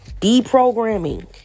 deprogramming